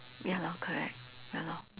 ya lor correct ya lor